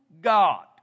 God